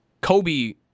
Kobe